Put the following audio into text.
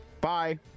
Bye